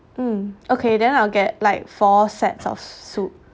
mm okay then I'll get like four sets of soup